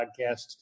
podcasts